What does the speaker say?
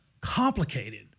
complicated